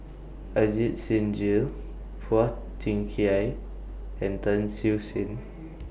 Ajit Singh Gill Phua Thin Kiay and Tan Siew Sin